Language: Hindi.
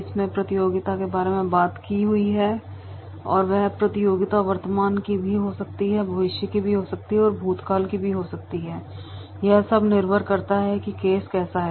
इसमें प्रतियोगिता के बारे में बात की हुई है और वह प्रतियोगिता वर्तमान की भी हो सकती है भविष्य की भी हो सकती है और भूतकाल की भी हो सकती है यह सब निर्भर करता है की केस कैसा है